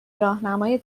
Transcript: راهنمای